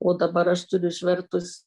o dabar aš turiu išvertus